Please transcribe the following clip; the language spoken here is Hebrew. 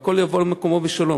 והכול יבוא על מקומו בשלום.